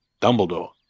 Dumbledore